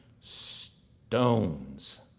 stones